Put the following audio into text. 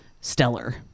stellar